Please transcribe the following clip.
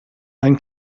ein